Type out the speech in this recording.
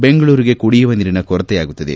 ಬೆಂಗಳೂರಿಗೆ ಕುಡಿಯುವ ನೀರಿನ ಕೊರತೆಯಾಗುತ್ತದೆ